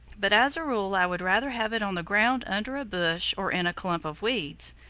but as a rule i would rather have it on the ground under a bush or in a clump of weeds.